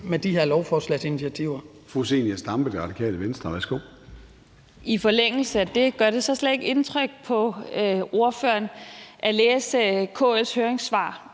med de her lovforslagsinitiativer.